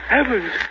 Heavens